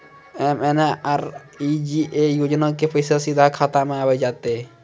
MNREGA योजना के पैसा सीधा खाता मे आ जाते?